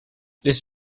this